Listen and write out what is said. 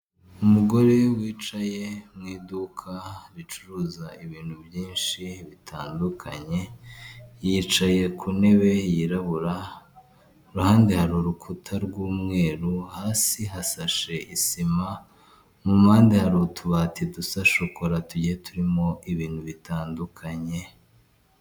Umugore wicaye mu iduka ricuruza ibintu byinshi bitandukanye, yicaye ku ntebe yirabura, iruhande hari urukuta rw'umweru, hasi hasashe isima, mu mpande hari utubati dusa shokora, tugiye turimo ibintu bitandukanye.